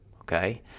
okay